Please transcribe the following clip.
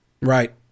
Right